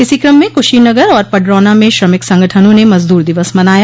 इसी क्रम में कुशीनगर और पडरौना में श्रमिक संगठनों ने मजदूर दिवस मनाया